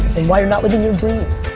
and why you're not living your dream.